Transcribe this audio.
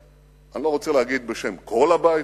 אני לא רוצה להגיד בשם כל הבית,